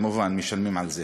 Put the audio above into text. כמובן משלמים על זה.